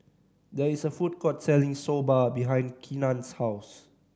there is a food court selling Soba behind Keenan's house